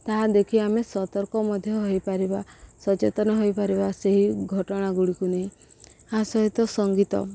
ତାହା ଦେଖି ଆମେ ସତର୍କ ମଧ୍ୟ ହୋଇପାରିବା ସଚେତନ ହୋଇପାରିବା ସେହି ଘଟଣାଗୁଡ଼ିକୁ ନେଇ ତା ସହିତ ସଙ୍ଗୀତ